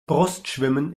brustschwimmen